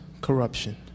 corruption